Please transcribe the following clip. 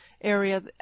area